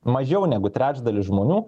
mažiau negu trečdalis žmonių